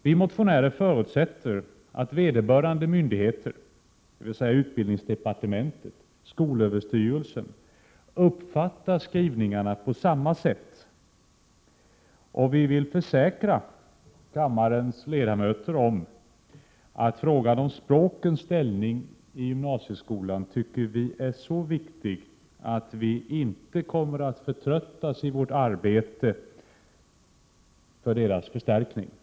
Vi motionärer förutsätter att vederbörande myndigheter, dvs. utbildningsdepartementet och skolöverstyrelsen, uppfattar skrivningarna på samma sätt. Vi vill försäkra kammarens ledamöter om att vi anser att språkens ställning i gymnasieskolan är så viktig att vi inte kommer att förtröttas i vårt arbete för en förstärkning av dem.